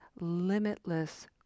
limitless